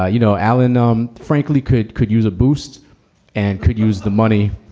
ah you know, alan, um frankly, could could use a boost and could use the money.